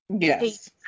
Yes